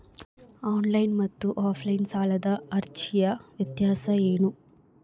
Online ಮತ್ತು offline ಸಾಲದ ಅರ್ಜಿಯ ವ್ಯತ್ಯಾಸ ಏನು?